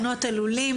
תקנות צער בלי חיים (הגנה על בעלי חיים)